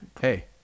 Hey